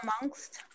amongst